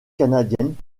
canadiennes